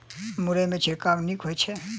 मुरई मे छिड़काव नीक होइ छै?